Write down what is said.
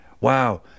wow